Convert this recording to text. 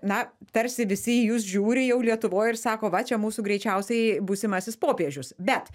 na tarsi visi į jus žiūri jau lietuvoj ir sako va čia mūsų greičiausiai būsimasis popiežius bet